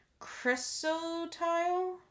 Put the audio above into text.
chrysotile